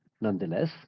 nonetheless